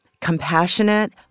compassionate